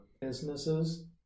businesses